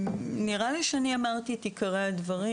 נראה לי שאני אמרתי את עיקרי הדברים.